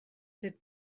did